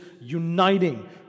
uniting